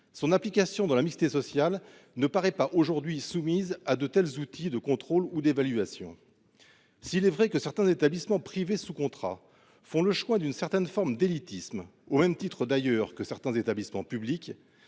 son implication dans la mixité sociale ne paraît pas aujourd’hui soumise à de tels outils de contrôle ou d’évaluation. S’il est vrai que certains établissements privés sous contrat font le choix d’une forme d’élitisme, au même titre d’ailleurs que certains établissements publics,